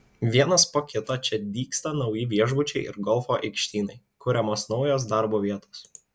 vienas po kito čia dygsta nauji viešbučiai ir golfo aikštynai kuriamos naujos darbo vietos